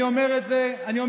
אני אומר את זה בכאב.